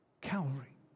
Calvary